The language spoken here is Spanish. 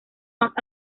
más